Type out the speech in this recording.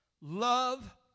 love